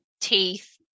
teeth